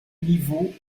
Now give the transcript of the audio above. niveau